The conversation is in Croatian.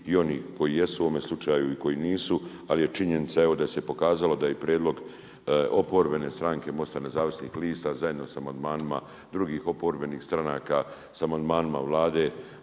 i onih koji jesu u ovome slučaju i koji nisu, ali je činjenica evo da se pokazalo da je i prijedlog oporbene stranke Mosta nezavisnih lista zajedno sa amandmanima drugih oporbenih stranaka, sa amandmanima Vlade,